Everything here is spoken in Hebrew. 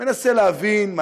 מנסה להבין מה